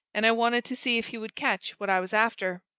and i wanted to see if he would catch what i was after!